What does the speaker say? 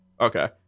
Okay